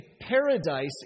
paradise